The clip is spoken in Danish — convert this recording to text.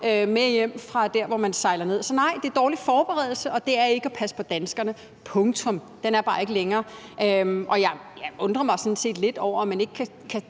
med hjem fra der, hvor man sejler ned. Så nej, det er dårlig forberedelse, og det er ikke at passe på danskerne. Den er bare ikke længere. Jeg undrer mig sådan set lidt over, at man ikke kan